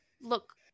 look